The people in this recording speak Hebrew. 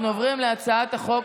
אנחנו עוברים להצעת החוק